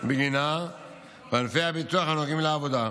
בגינה בענפי הביטוח הנוגעים לעבודה,